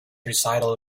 recital